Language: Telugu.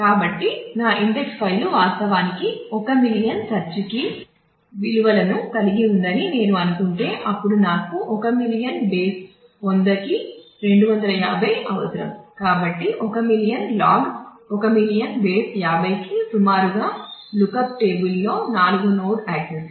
కాబట్టి నా ఇండెక్స్ ఫైలులో 4 నోడ్ యాక్సెస్ లు